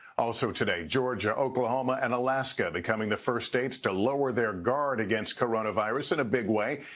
also today, georgia, oklahoma and alaska becoming the first states to lower their guard against coronavirus in a big way.